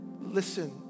listen